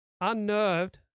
unnerved